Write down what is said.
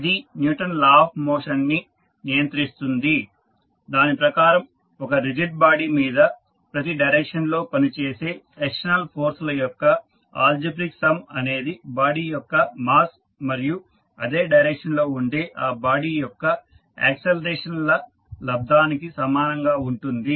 ఇది Newton law of motion Newton's law of motion ని నియంత్రిస్తుంది దాని ప్రకారం ఒక రిజిడ్ బాడీ మీద ప్రతి డైరెక్షన్ లో పని చేసే ఎక్స్టర్నల్ ఫోర్స్ ల యొక్క ఆల్జీబ్రాఇక్ సమ్ అనేది బాడీ యొక్క మాస్ మరియు అదే డైరెక్షన్ లో ఉండే ఆ బాడీ యొక్క యాక్సిలరేషన్ ల లబ్దానికి సమానంగా ఉంటుంది